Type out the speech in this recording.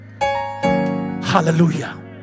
Hallelujah